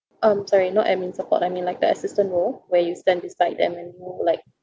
um sorry not admin support I mean like the assistant role where you stand beside them and you know like